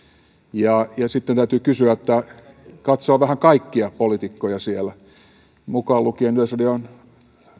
ja sitten täytyy kysyä kun katsoo vähän kaikkia poliitikkoja siellä mukaan lukien yleisradion